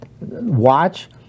watch